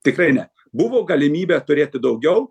tikrai ne buvo galimybė turėti daugiau